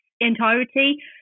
entirety